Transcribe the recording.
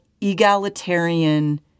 egalitarian